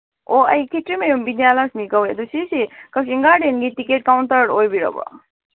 ꯑꯣ ꯑꯩ ꯈꯦꯇ꯭ꯔꯤꯃꯌꯨꯝ ꯕꯤꯗ꯭ꯌꯥꯂꯛꯁꯃꯤ ꯀꯧꯋꯦ ꯑꯗꯨ ꯁꯤꯁꯤ ꯀꯛꯆꯤꯡ ꯒꯥꯔꯗꯦꯟꯒꯤ ꯇꯤꯀꯦꯠ ꯀꯥꯎꯟꯇꯔ ꯑꯣꯏꯕꯤꯔꯕꯣ